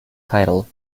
title